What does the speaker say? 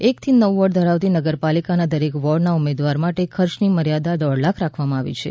એકથી નવ વોર્ડ ધરાવતી નગરપાલિકાના દરેક વોર્ડના ઉમેદવાર માટે ખર્ચનો મર્યાદા દોઢ લાખ રાખવામાં આવી છે